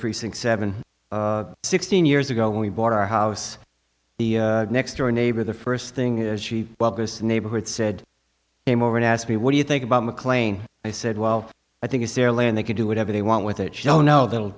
precinct seven sixteen years ago when we bought our house the next door neighbor the first thing is she just a neighborhood said came over and asked me what do you think about mclean i said well i think it's their land they can do whatever they want with it sh